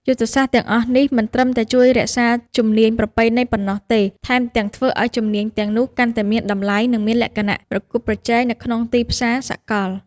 យុទ្ធសាស្ត្រទាំងអស់នេះមិនត្រឹមតែជួយរក្សាជំនាញប្រពៃណីប៉ុណ្ណោះទេ ថែមទាំងធ្វើឱ្យជំនាញទាំងនោះកាន់តែមានតម្លៃនិងមានលក្ខណៈប្រកួតប្រជែងនៅក្នុងទីផ្សារសកល។